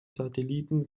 satelliten